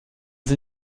sie